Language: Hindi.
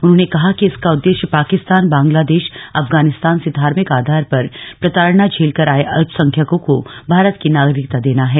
उन्होंने कहा कि इसका उद्देश्य पाकिस्तान बांग्लादेश अफगानिस्तान से धार्भिक आधार पर प्रताड़ना झेलकर आए अल्पसंख्यकों को भारत की नागरिकता देना है